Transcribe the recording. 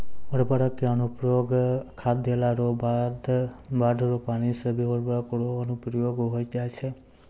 उर्वरक रो अनुप्रयोग खाद देला रो बाद बाढ़ रो पानी से भी उर्वरक रो अनुप्रयोग होय जाय छै